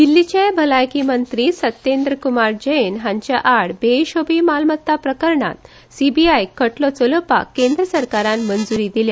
दिल्लीचे भलायकी मंत्री सत्येंद्र कुमार जैन हांच्या आड बेहिशोबी मालमत्ता प्रकरणात सीबीआय खटलो चलोवपाक केंद्र सरकारान मंजूरी दिल्या